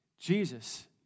Jesus